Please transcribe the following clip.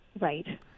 Right